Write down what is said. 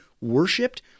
worshipped